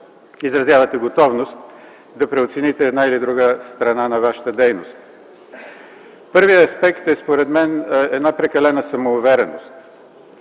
изразявате готовност да преоцените една или друга страна на вашата дейност. Първият аспект според мен е една прекалена самоувереност,